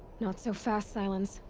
not so fast, sylens.